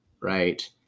right